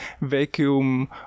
vacuum